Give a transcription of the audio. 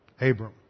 Abram